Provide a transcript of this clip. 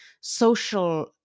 social